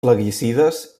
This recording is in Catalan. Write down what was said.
plaguicides